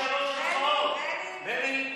בני,